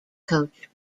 coach